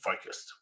focused